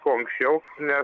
kuo anksčiau ne